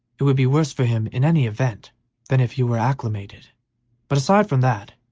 it would be worse for him in any event than if he were acclimated but aside from that,